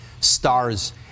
stars